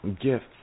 gifts